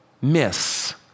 miss